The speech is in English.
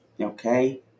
okay